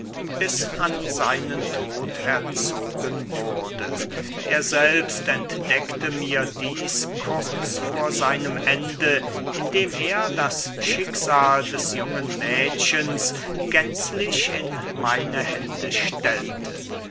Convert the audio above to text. bis an seinen tod erzogen wurde er selbst entdeckte mir dieß kurz vor seinem ende indem er das schicksal des jungen mädchens gänzlich in meine hände stellte